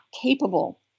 capable